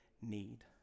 need